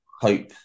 hope